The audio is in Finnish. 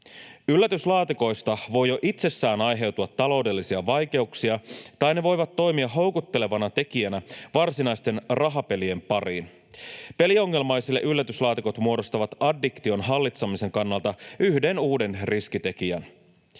Yllätyslaatikoista voi jo itsessään aiheutua taloudellisia vaikeuksia, tai ne voivat toimia houkuttelevana tekijänä varsinaisten rahapelien pariin. Peliongelmaisille yllätyslaatikot muodostavat addiktion hallitsemisen kannalta yhden uuden riskitekijän.